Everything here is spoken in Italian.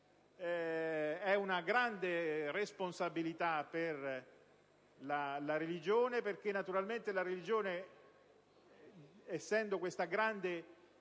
è una grande responsabilità per la religione, perché naturalmente la religione, essendo questa grande